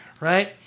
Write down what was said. right